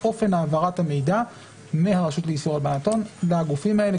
אופן העברת המידע מהרשות לאיסור הלבנת הון לגופים האלה,